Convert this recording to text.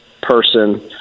person